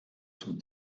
zum